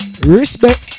respect